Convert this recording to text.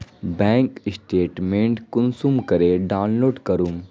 Bank statement कुंसम करे download करूम?